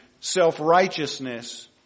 self-righteousness